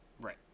Right